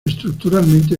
estructuralmente